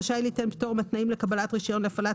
רשאי ליתן פטור מהתנאים לקבלת רישיון להפעלת